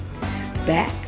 back